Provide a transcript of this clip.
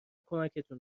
کمکتون